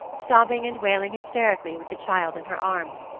sobbing and wailing hysterically with the child in her arms.